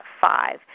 five